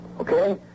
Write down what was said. Okay